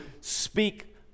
speak